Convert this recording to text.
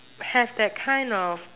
have that kind of